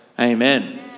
amen